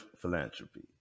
philanthropy